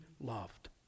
loved